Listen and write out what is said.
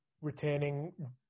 retaining